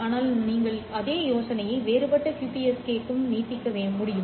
ஆனால் நீங்கள் அதே யோசனையை வேறுபட்ட QPSK க்கும் நீட்டிக்க முடியும்